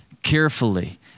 Carefully